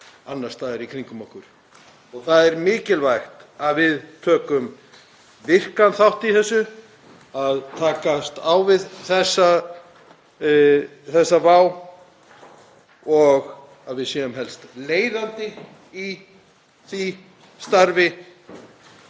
annars staðar, í kringum okkur. Það er mikilvægt að við tökum virkan þátt í því að takast á við þessa vá og að við séum helst leiðandi í því starfi.